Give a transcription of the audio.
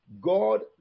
God